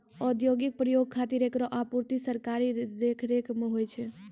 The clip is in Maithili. औद्योगिक प्रयोग खातिर एकरो आपूर्ति सरकारी देखरेख म होय छै